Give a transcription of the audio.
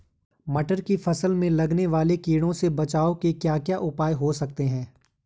मटर की फसल में लगने वाले कीड़ों से बचाव के क्या क्या उपाय हो सकते हैं?